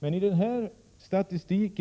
Men i denna framgångsstund, statistiskt